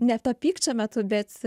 ne to pykčio metu bet